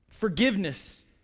Forgiveness